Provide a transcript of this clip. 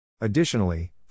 Additionally